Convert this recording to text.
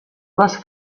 les